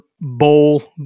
bowl